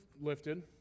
lifted